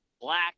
black